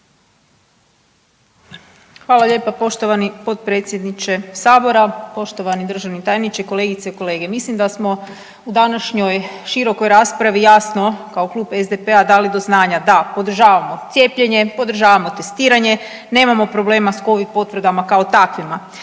Hvala lijepa poštovani potpredsjedniče Sabora, poštovani državni tajniče, kolegice i kolege. Mislim da smo u današnjoj širokoj raspravi jasno kao Klub SDP-a dali do znanja da podržavamo cijepljenje, podržavamo testiranje, nemamo problema sa Covid potvrdama kao takvima.